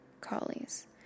collies